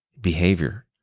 behavior